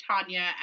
Tanya